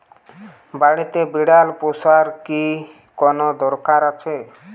বাড়িতে বিড়াল পোষার কি কোন দরকার আছে?